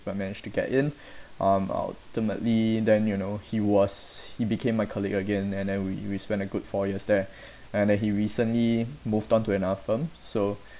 but managed to get in um ultimately then you know he was he became my colleague again and then we we spent a good four years there and then he recently moved on to another firm so